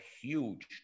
huge